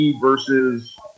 versus